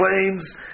claims